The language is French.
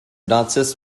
dentiste